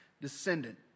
descendant